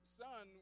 son